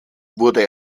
wurde